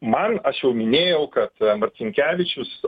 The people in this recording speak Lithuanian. man aš jau minėjau kad marcinkevičius